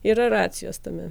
yra racijos tame